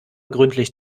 gründlich